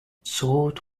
sort